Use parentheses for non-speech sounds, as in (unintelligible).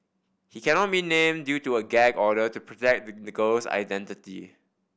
he cannot be named due to a gag order to protect (unintelligible) the girl's identity